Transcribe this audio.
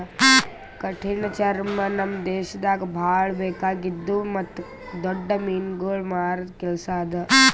ಕಠಿಣ ಚರ್ಮ ನಮ್ ದೇಶದಾಗ್ ಭಾಳ ಬೇಕಾಗಿದ್ದು ಮತ್ತ್ ದೊಡ್ಡ ಮೀನುಗೊಳ್ ಮಾರದ್ ಕೆಲಸ ಅದಾ